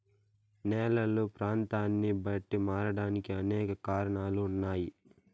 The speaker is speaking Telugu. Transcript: నేలలు ప్రాంతాన్ని బట్టి మారడానికి అనేక కారణాలు ఉన్నాయి